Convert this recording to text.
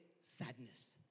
sadness